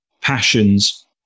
passions